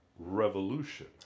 Revolution